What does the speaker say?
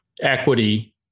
Equity